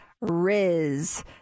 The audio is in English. Riz